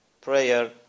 prayer